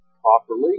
properly